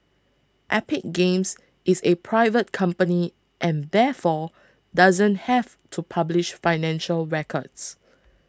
Epic Games is a private company and therefore doesn't have to publish financial records